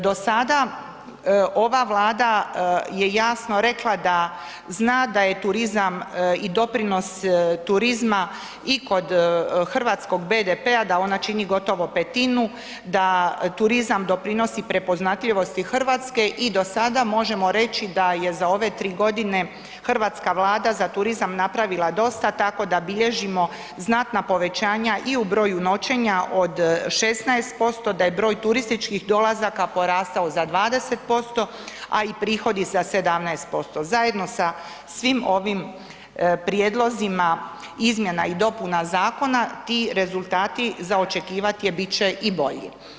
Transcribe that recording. Do sada ova Vlada je jasno rekla da zna da je turizam i doprinos turizma i kod hrvatskog BDP-a da ona čini gotovo petinu, da turizam doprinosi prepoznatljivosti RH i do sada možemo reći da je za ove 3.g. hrvatska Vlada za turizam napravila dosta, tako da bilježimo znatna povećanja i u broju noćenja od 16%, da je broj turističkih dolazaka porastao za 20%, a i prihodi za 17%, zajedno sa svim ovim prijedlozima izmjena i dopuna zakona, ti rezultati za očekivat je bit će i bolji.